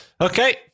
Okay